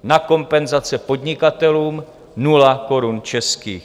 Na kompenzace podnikatelům nula korun českých.